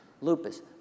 lupus